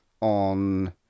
on